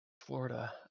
florida